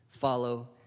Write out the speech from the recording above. Follow